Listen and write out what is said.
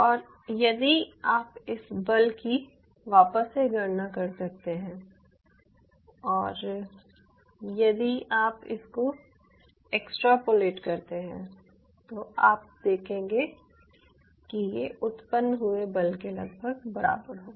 और यदि आप इस बल की वापस से गणना कर सकते हैं और यदि आप इसको एक्सट्रापोलेट करते हैं तो आप देखेंगे कि ये उत्पन्न हुए बल के लगभग बराबर होगी